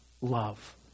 love